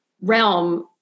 realm